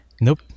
Nope